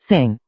Sing